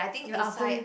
yo after